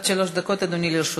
אדוני, עד שלוש דקות לרשותך.